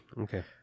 okay